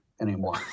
anymore